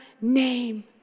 name